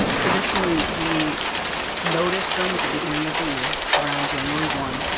traditionally we notice them at the beginning of the year, around january one,